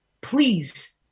Please